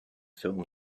film